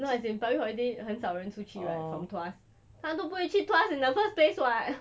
no as in public holiday 很少人出去 right from tuas 他都不会去 tuas in the first place [what]